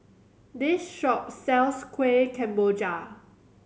this shop sells Kueh Kemboja